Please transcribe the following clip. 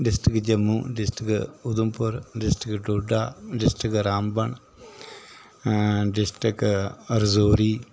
district Jammu district Udhampur district Doda district Ramban आ district Rajouri